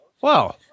Wow